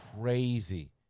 crazy